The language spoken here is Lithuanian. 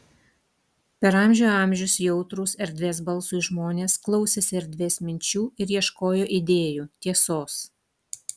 per amžių amžius jautrūs erdvės balsui žmonės klausėsi erdvės minčių ir ieškojo idėjų tiesos